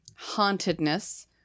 hauntedness